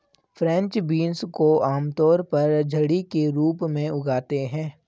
French beans को आमतौर पर झड़ी के रूप में उगाते है